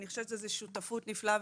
אני חושבת שזו שותפות נפלאה,